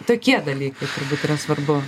tokie dalykai turbūt yra svarbu